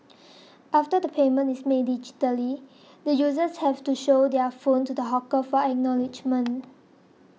after the payment is made digitally the users have to show their phone to the hawker for acknowledgement